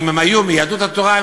אם היו מיהדות התורה,